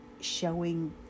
showing